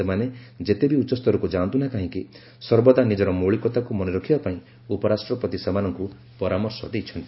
ସେମାନେ ଯେତେ ବି ଉଚ୍ଚସ୍ତରକ୍ତ ଯାଆନ୍ତୁ ନା କାହିଁକି ସର୍ବଦା ନିଜର ମୌଳିକତାକୁ ମନେରଖିବା ପାଇଁ ଉପରାଷ୍ଟ୍ରପତି ସେମାନଙ୍କୁ ପରାମର୍ଶ ଦେଇଛନ୍ତି